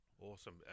awesome